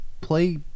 play